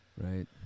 Right